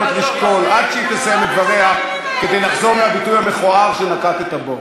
כשאני אעלה אני אחזור בי יחד אתה.